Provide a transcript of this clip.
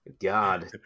God